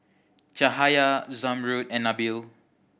Cahaya Zamrud and Nabil